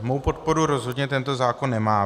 Mou podporu rozhodně tento zákon nemá.